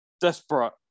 desperate